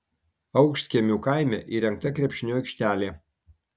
aukštkiemių kaime įrengta krepšinio aikštelė